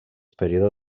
període